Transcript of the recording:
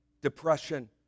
depression